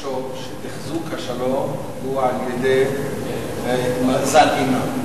לחשוב שתחזוק שלום הוא על-ידי מאזן אימה.